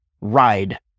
ride